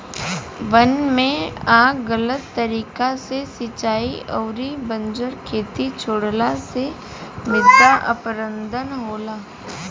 वन में आग गलत तरीका से सिंचाई अउरी बंजर खेत छोड़ला से मृदा अपरदन होला